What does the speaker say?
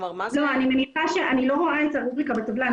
אני לא רואה את הרובריקה בטבלה.